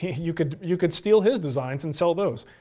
you could you could steal his designs and sell those.